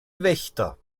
wächter